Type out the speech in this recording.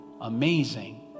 amazing